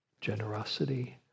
generosity